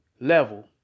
level